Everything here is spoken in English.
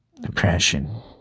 Depression